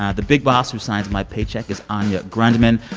ah the big boss who signs my paycheck is anya grundmann.